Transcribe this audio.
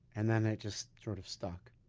and then it just sort of stuck